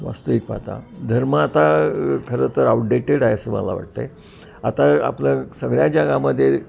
वास्तविक पाहता धर्म आता खरं तर आऊटडेटेड आहे असं मला वाटत आहे आता आपलं सगळ्या जगामध्ये